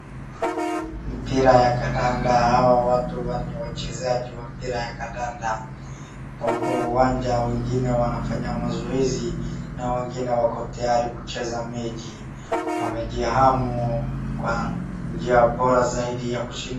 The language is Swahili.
Mpira ya kandanda hawa watu ni wachezaji wa mpira wa kandanda. Wako uwanja wengine wanafanya mazoezi na wengine wako tayari kucheza mechi. Wamejihamu kwa njia bora zaidi ya kushinda.